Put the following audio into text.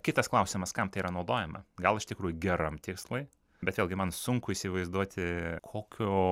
kitas klausimas kam tai yra naudojama gal iš tikrųjų geram tikslui bet vėlgi man sunku įsivaizduoti kokio